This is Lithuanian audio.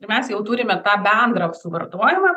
ir mes jau turime tą bendrą jau suvartojimą